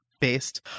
based